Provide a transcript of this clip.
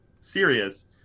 serious